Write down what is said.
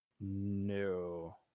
No